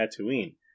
Tatooine